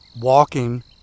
walking